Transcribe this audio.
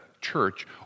church